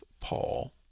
Paul